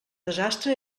desastre